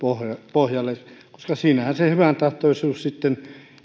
pohjalle koska siinähän sen hyväntahtoisuuden sitten